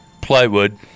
Plywood